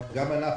גם אנחנו,